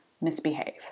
misbehave